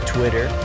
Twitter